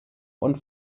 und